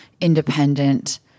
independent